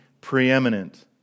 preeminent